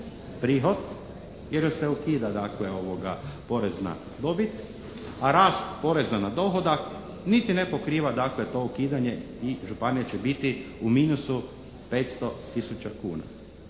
prihod jer joj se ukida dakle porez na dobit, a rast poreza na dohodak niti ne pokriva dakle to ukidanje i županija će biti u minusu 500 tisuća kuna.